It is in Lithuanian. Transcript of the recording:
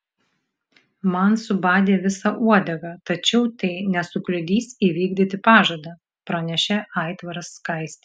man subadė visą uodegą tačiau tai nesukliudys įvykdyti pažadą pranešė aitvaras skaistei